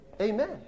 Amen